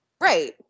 right